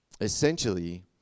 essentially